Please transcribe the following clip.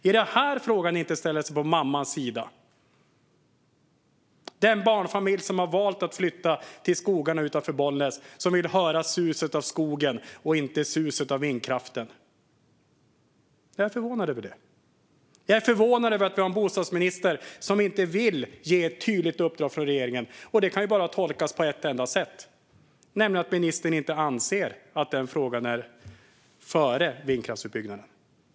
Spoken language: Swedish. I den här frågan ställer man sig inte på mammans sida i den barnfamilj som har valt att flytta till skogarna utanför Bollnäs och som vill höra suset av skogen, inte suset av vindkraften. Jag är förvånad över det. Jag är också förvånad över att vi har en bostadsminister som inte vill ge ett tydligt uppdrag från regeringen. Det kan ju bara tolkas på ett enda sätt, nämligen att ministern inte anser att frågan kommer före vindkraftsutbyggnaden.